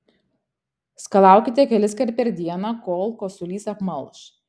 skalaukite keliskart per dieną kol kosulys apmalš